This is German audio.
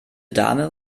dame